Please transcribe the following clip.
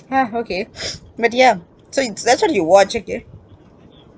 ah okay but ya so it that's what he watch okay